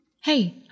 Hey